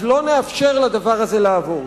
אז לא נאפשר לדבר הזה לעבור.